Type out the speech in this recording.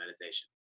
meditation